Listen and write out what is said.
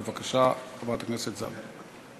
בבקשה, חברת הכנסת זנדברג.